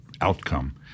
outcome